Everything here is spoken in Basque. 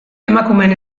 emakumeen